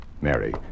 Mary